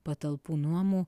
patalpų nuomų